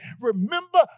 Remember